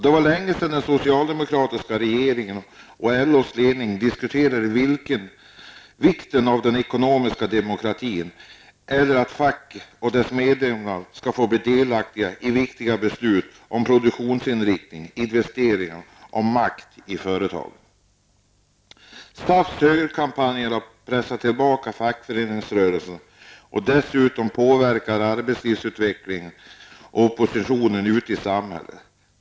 Det var länge sedan den socialdemokratiska regeringen och LOs ledning diskuterade vikten av ekonomisk demokrati och att facket och medlemmarna skulle få bli delaktiga i de viktiga besluten om produktionsinriktning och investeringar och i makten i företagen. SAFs högerkampanjer har pressat tillbaka fackföreningsrörelsen och dessutom påverkat arbetslivsutvecklingen och opinionen ute i samhället.